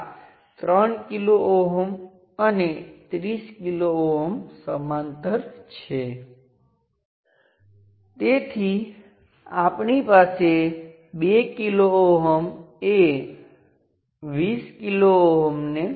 અને મારી પાસે આ કરંટ I1 છે અને V1 શું છે આપણે અગાઉ ચર્ચા કરી યાદ રાખો કે સ્વતંત્ર સ્ત્રોત 0 સાથેની આ એક સંપૂર્ણપણે રેખીય સર્કિટ છે